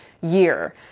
year